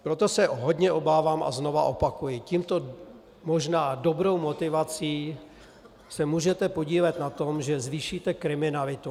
Proto se hodně obávám a znovu opakuji, touto možná dobrou motivací se můžete podílet na tom, že zvýšíte kriminalitu.